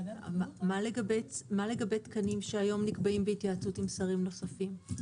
מה לגבי תקנים שהיום נקבעים בהתייעצות עם שרים נוספים?